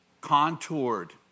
contoured